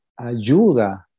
ayuda